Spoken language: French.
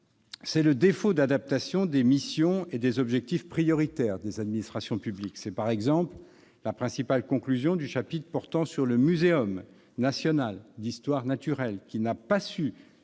c'est le défaut d'adaptation des missions et des objectifs prioritaires des administrations publiques. C'est, par exemple, la principale conclusion du chapitre portant sur le Muséum national d'histoire naturelle, qui n'a pas su